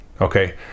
okay